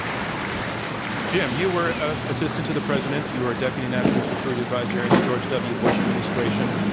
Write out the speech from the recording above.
um jim, you were ah assistant to the president. you were deputy national security advisor in the george w. bush administration.